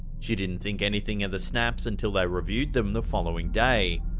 she didn't think anything of the snaps until they reviewed them the following day.